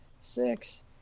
six